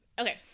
okay